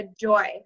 joy